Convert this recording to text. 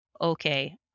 Okay